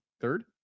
Third